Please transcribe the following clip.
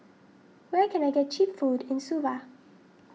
where can I get Cheap Food in Suva